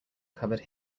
covered